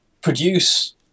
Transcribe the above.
produce